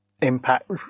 impact